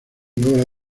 logra